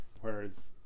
whereas